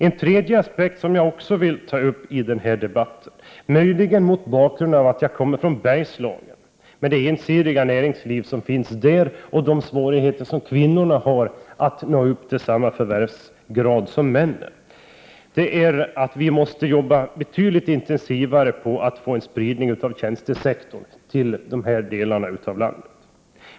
En tredje aspekt som jag också vill ta upp i den här debatten — möjligen mot bakgrund av att jag kommer från Bergslagen med det ensidiga näringslivet där och de svårigheter som kvinnorna har att nå upp till samma förvärvsgrad som männen -— är att vi måste jobba betydligt intensivare på att få en spridning av tjänstesektorn till de här delarna av landet.